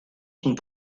sont